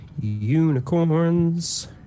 Unicorns